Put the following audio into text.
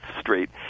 Street